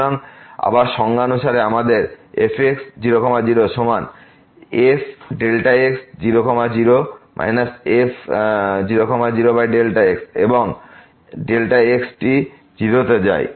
সুতরাং আবার সংজ্ঞা অনুসারে আমাদের fx0 0সমান fΔx 00 f 00Δx এর এবং Δx এটি 0 তে যায়